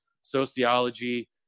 sociology